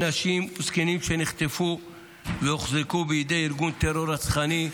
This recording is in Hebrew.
נשים וזקנים שנחטפו והוחזקו בידי ארגון טרור רצחני.